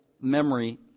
memory